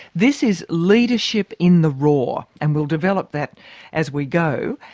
this is leadership in the raw and we'll develop that as we go.